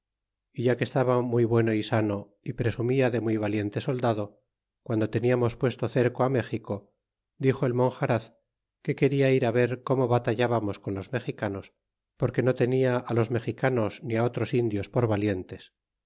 e ya que estaba muy bueno y sano é presumia de muy valiente soldado guando teniamos puesto cerco méxico dixo el monjaraz que queda ir á ver como batallábamos con los mexicanos porque no tenia it los mexicanos ni otros indios por valientes